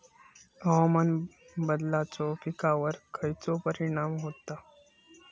हवामान बदलाचो पिकावर खयचो परिणाम होता?